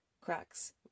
Cracks